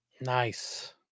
Nice